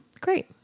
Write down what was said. Great